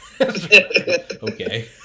Okay